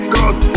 Cause